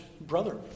brother